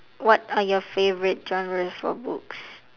what are your favorite genres for books